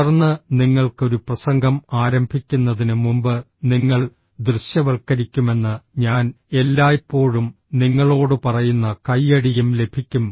തുടർന്ന് നിങ്ങൾക്ക് ഒരു പ്രസംഗം ആരംഭിക്കുന്നതിന് മുമ്പ് നിങ്ങൾ ദൃശ്യവൽക്കരിക്കുമെന്ന് ഞാൻ എല്ലായ്പ്പോഴും നിങ്ങളോട് പറയുന്ന കൈയ്യടിയും ലഭിക്കും